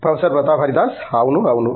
professor Pratap Haridas అవును అవును